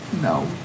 No